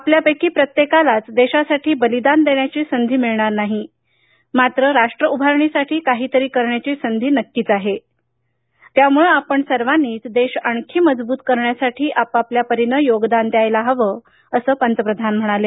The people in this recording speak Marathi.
आपल्यापैकी प्रत्येकालाच देशासाठी बलिदान देण्याची संधी मिळणार नाही मात्र राष्ट्र उभारणीसाठी काहीतरी करण्याची संधी मात्र नक्कीच आहे त्यामुळे आपण सर्वांनीच देश आणखी मजबूत करण्यासाठी आपापल्या परीनं योगदान द्यायला हवं असं पंतप्रधान म्हणाले